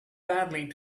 badly